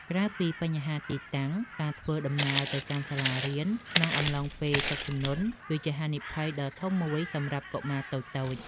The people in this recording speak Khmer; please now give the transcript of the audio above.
ក្រៅពីបញ្ហាទីតាំង ការធ្វើដំណើរទៅកាន់សាលារៀនក្នុងអំឡុងពេលទឹកជំនន់គឺជាហានិភ័យដ៏ធំមួយសម្រាប់កុមារតូចៗ។